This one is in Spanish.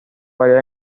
variar